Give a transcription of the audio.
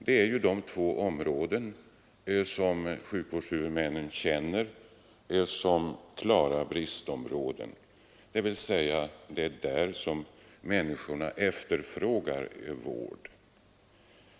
Det är de två sektorerna som sjukvårdshuvudmännen uppfattar som klara bristområden, dvs. det är där som människorna efterfrågar vård.